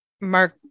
Mark